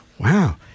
wow